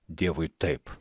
dievui taip